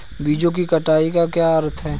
बीजों की कटाई का क्या अर्थ है?